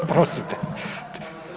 Oprostite.